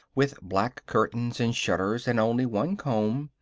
with black curtains and shutters and only one comb,